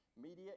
Media